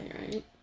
right